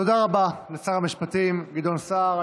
תודה רבה לשר המשפטים גדעון סער.